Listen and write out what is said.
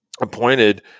appointed